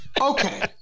okay